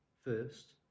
first